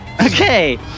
Okay